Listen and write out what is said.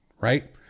Right